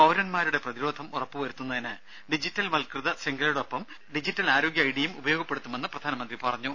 പൌരന്മാരുടെ പ്രതിരോധം ഉറപ്പുവരുത്തുന്നതിന് ഡിജിറ്റൽവത്കൃത ശൃംഖലയോടൊപ്പം ഡിജിറ്റൽ ആരോഗ്യ ഐഡിയും ഉപയോഗപ്പെടുത്തുമെന്ന് പ്രധാനമന്ത്രി പറഞ്ഞു